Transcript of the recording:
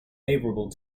favorable